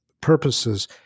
purposes